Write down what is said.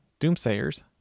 doomsayers